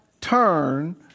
turn